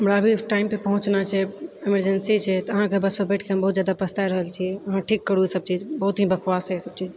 हमरा भी टाइम पे पहुँचना छै ईमरजेंसी छै तऽ अहाँकेँ बस पर बैठ कऽ हम बहुत जादा पछता रहल छी अहाँ ठीक करू ईसब चीज बहुत ही बकवास अइ ईसब चीज